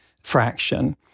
fraction